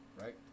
right